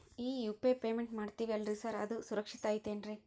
ಈ UPI payment ಮಾಡ್ತೇವಿ ಅಲ್ರಿ ಸಾರ್ ಅದು ಸುರಕ್ಷಿತ್ ಐತ್ ಏನ್ರಿ?